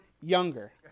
younger